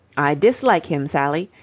i dislike him. sally.